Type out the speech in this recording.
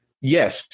Yes